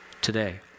today